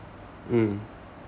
mm